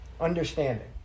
understanding